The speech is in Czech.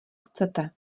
chcete